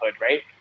Right